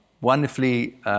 wonderfully